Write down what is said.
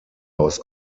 aus